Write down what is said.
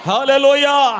Hallelujah